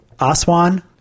Aswan